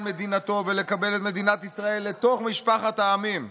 מדינתו ולקבל את מדינת ישראל לתוך משפחת העמים .